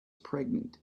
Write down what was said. pregnant